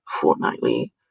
fortnightly